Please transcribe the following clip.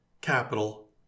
capital